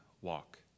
walk